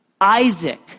Isaac